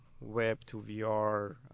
web-to-VR